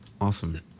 Awesome